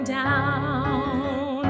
down